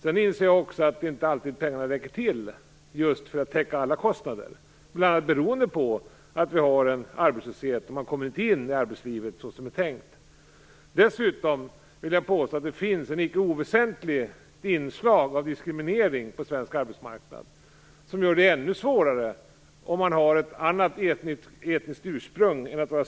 Jag inser förstås att det inte är alltid som pengarna räcker till för att täcka alla kostnader. Det beror bl.a. på arbetslösheten och på att människor inte kommer in i arbetslivet såsom det är tänkt. Dessutom vill jag påstå att det finns ett icke oväsentligt inslag av diskriminering på den svenska arbetsmarknaden, vilket gör det ännu svårare om man har ett annat etniskt ursprung.